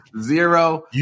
Zero